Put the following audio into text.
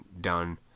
done